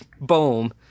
boom